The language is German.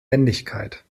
wendigkeit